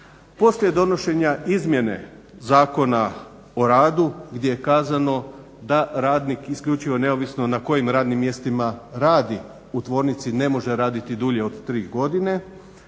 Poslije donošenja izmjene Zakona o radu gdje je kazano da radnik isključivo neovisno na kojim radnim mjestima radi u tvornici ne može raditi dulje od 3 godine